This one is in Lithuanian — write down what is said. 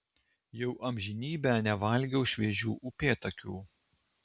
jau amžinybę nevalgiau šviežių upėtakių